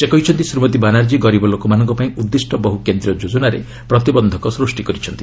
ସେ କହିଛନ୍ତି ଶ୍ରୀମତୀ ବାନାର୍ଜୀ ଗରିବ ଲୋକମାନଙ୍କ ପାଇଁ ଉଦ୍ଦିଷ୍ଟ ବହୁ କେନ୍ଦ୍ରୀୟ ଯୋଜନାରେ ପ୍ରତିବନ୍ଧକ ସୃଷ୍ଟି କରିଛନ୍ତି